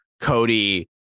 cody